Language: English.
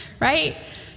right